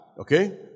Okay